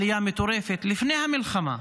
עלייה מטורפת, לפני המלחמה.